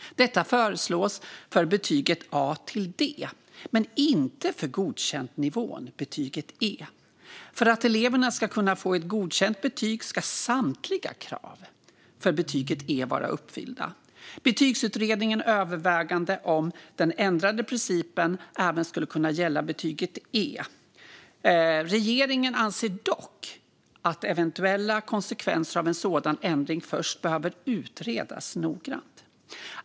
Detta föreslås för betygen A-D men inte för godkäntnivån, det vill säga betyget E. För att eleven ska kunna få ett godkänt betyg ska samtliga krav för betyget E vara uppfyllda. Betygsutredningen övervägde om den ändrade principen även skulle kunna gälla för betyget E. Regeringen anser dock att eventuella konsekvenser av en sådan ändring först behöver utredas noggrant.